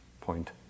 point